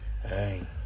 Hey